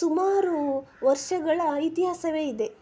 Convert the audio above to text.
ಸುಮಾರು ವರ್ಷಗಳ ಇತಿಹಾಸವೇ ಇದೆ